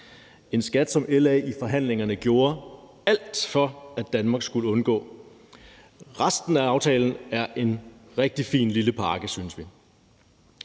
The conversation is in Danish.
en skat, som LA i forhandlingerne gjorde alt for, at Danmark skulle undgå. Resten af aftalen er en rigtig fin lille pakke, synes vi.